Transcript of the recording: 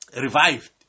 revived